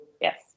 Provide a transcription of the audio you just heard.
yes